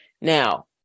Now